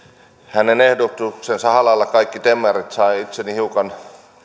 hänen ehdotuksensa halailla kaikki demarit sai itseni hiukan